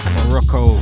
Morocco